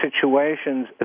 situations